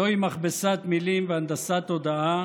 זוהי מכבסת מילים והנדסת תודעה